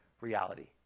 reality